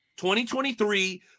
2023